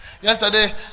Yesterday